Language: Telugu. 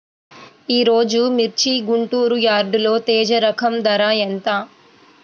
ఈరోజు మిర్చి గుంటూరు యార్డులో తేజ రకం ధర ఎంత?